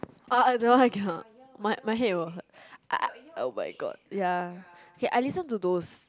ah that one I cannot my my head will hurt I I oh my god ya k I listen to those